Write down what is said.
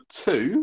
two